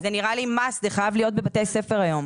זה חייב להיות בבתי ספר היום.